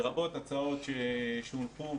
לרבות הצעות שהונחו.